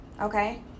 okay